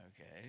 okay